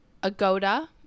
Agoda